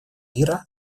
мира